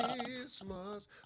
Christmas